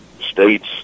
states